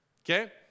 okay